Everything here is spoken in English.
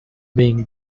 being